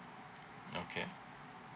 okay